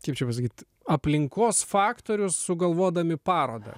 kaip čia pasakyt aplinkos faktorių sugalvodami parodą